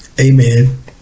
amen